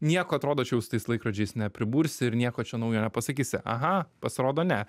nieko atrodo čia jau su tais laikrodžiais nepribursi ir nieko čia naujo nepasakysi aha pasirodo ne